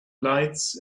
lights